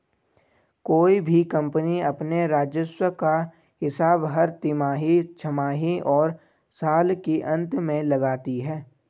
कोई भी कम्पनी अपने राजस्व का हिसाब हर तिमाही, छमाही और साल के अंत में लगाती है